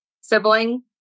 sibling